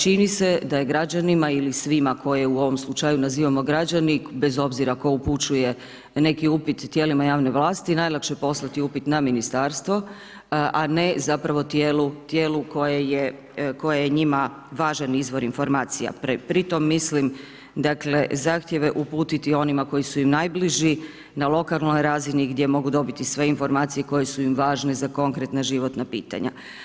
Čini se da je građanima ili svima koje u ovom slučaju nazivamo građani, bez obzira tko upućuje neki upit u tijelima javne vlasti, najlakše je poslati upit na ministarstvo, a ne zapravo tijelu koje je njima važan izvor informacija pritom mislim zahtjeve uputiti onima koji su im najbliži na lokalnoj razini gdje mogu dobiti sve informacije koje su im važne za konkretna životna pitanja.